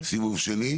סיבוב שני.